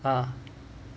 ah